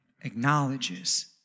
acknowledges